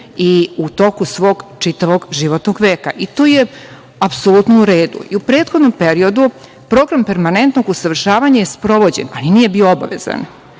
i u toku svog čitavog životnog veka. I to je apsolutno u redu.U prethodnom periodu Program permanentnog usavršavanja je sprovođen, ali nije bio obavezan.